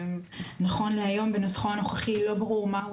נכון להיום בנוסחו הנוכחי לא ברור מהו